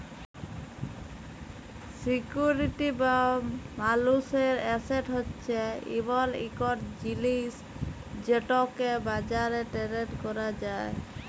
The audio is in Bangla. সিকিউরিটি বা মালুসের এসেট হছে এমল ইকট জিলিস যেটকে বাজারে টেরেড ক্যরা যায়